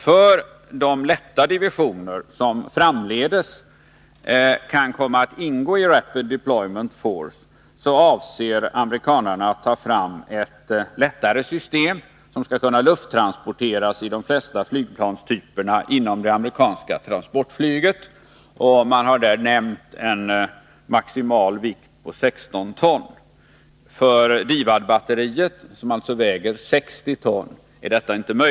För de lätta divisioner som framdeles kan komma att ingå i Rapid Deployment Force avser amerikanarna att ta fram ett lättare system, som skall kunna lufttransporteras i de flesta flygplanstyperna inom det amerikanska transportflyget. Man har nämnt en maximal vikt på 16 ton. DIVAD-batteriet väger 60 ton.